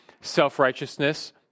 self-righteousness